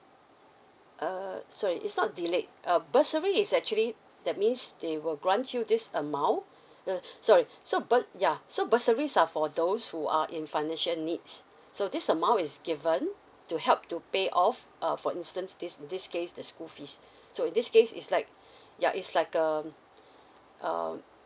err sorry it's not delayed uh bursary is actually that means they will grant you this amount uh sorry so bu~ ya so bursaries are for those who are in financial needs so this amount is given to help to pay off uh for instance this this case the school fees so in this case is like ya is like um um